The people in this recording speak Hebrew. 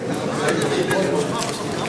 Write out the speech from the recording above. חברי לספסל הלימודים.